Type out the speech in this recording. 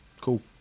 Cool